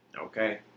Okay